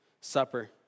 Supper